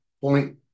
point